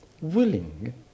willing